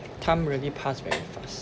time really pass very fast